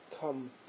come